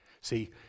see